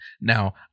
Now